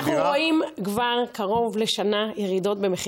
כבר בעצם פגיעה ישירה באוכלוסייה החלשה במדינה,